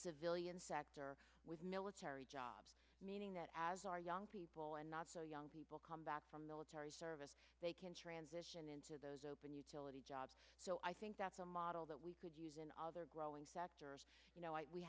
civilian sector with military jobs meaning that as our young people and not so young people come back from military service they can transition into those open utility jobs so i think that's a model that we could use in other growing sectors